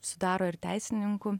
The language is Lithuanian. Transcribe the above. sudaro ir teisininkų